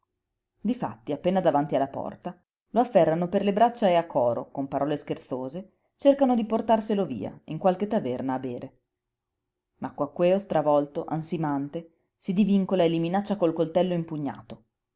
difatti appena davanti alla porta lo afferrano per le braccia e a coro con parole scherzose cercano di portarselo via in qualche taverna a bere ma quaquèo stravolto ansimante si divincola e li minaccia col coltello impugnato